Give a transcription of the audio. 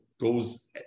goes